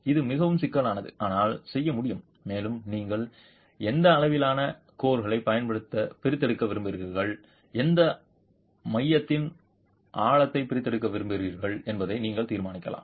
இது மிகவும் சிக்கலானது ஆனால் செய்ய முடியும் மேலும் நீங்கள் எந்த அளவிலான கோர்களைப் பிரித்தெடுக்க விரும்புகிறீர்கள் எந்த மையத்தின் ஆழத்தை பிரித்தெடுக்க விரும்புகிறீர்கள் என்பதை நீங்கள் தீர்மானிக்கலாம்